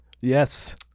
yes